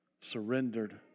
surrendered